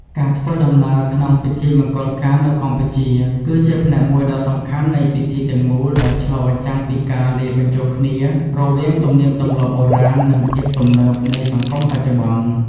ការធ្វើដំណើរក្នុងពិធីមង្គលការនៅកម្ពុជាគឺជាផ្នែកមួយដ៏សំខាន់នៃពិធីទាំងមូល ដែលឆ្លុះបញ្ចាំងពីការលាយបញ្ចូលគ្នារវាងទំនៀមទម្លាប់បុរាណនិងភាពទំនើបនៃសង្គមបច្ចុប្បន្ន។